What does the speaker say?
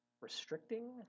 restricting